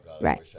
Right